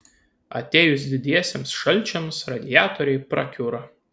atėjus didiesiems šalčiams radiatoriai prakiuro